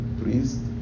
priest